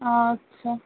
আচ্ছা